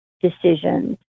decisions